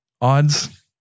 odds